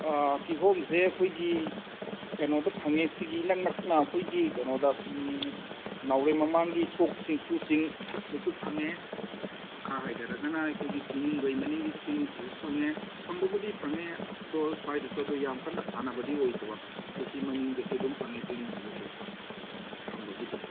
ꯀꯤꯍꯣꯝꯁꯦ ꯑꯩꯈꯣꯏꯒꯤ ꯀꯩꯅꯣꯗ ꯐꯪꯉꯦ ꯁꯤꯒꯤ ꯏꯅꯛ ꯅꯛꯅ ꯑꯩꯈꯣꯏꯒꯤ ꯀꯩꯅꯣꯗ ꯅꯥꯎꯔꯦꯝ ꯃꯃꯥꯡꯒꯤ ꯏꯁꯣꯛ ꯆꯤꯡꯐꯨ ꯆꯤꯡ ꯁꯤꯗꯁꯨ ꯐꯪꯉꯦ ꯃꯈꯥ ꯍꯥꯏꯗꯔꯒꯅ ꯑꯩꯈꯣꯏꯒꯤ ꯊꯤꯅꯨꯡꯒꯩ ꯃꯅꯤꯡꯒꯤ ꯆꯤꯡ ꯁꯤꯗꯁꯨ ꯐꯪꯉꯦ ꯐꯪꯕꯨꯗꯤ ꯐꯪꯉꯦ ꯑꯗꯣ ꯁ꯭ꯋꯥꯏꯗꯁꯨ ꯑꯗꯣ ꯌꯥꯝ ꯀꯟꯅ ꯊꯥꯅꯕꯗꯤ ꯑꯣꯏꯗꯕ ꯑꯩꯈꯣꯏ ꯁꯤ ꯃꯅꯤꯡꯗꯁꯨ ꯑꯗꯨꯝ ꯐꯪꯉꯦ ꯆꯤꯡ ꯁꯤꯗꯁꯨ ꯐꯪꯕꯒꯤꯗꯤ